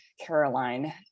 Caroline